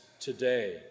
today